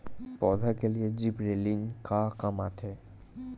पौधा के लिए जिबरेलीन का काम आथे?